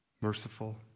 Merciful